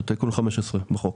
תיקון 15 בחוק.